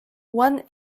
one